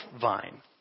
vine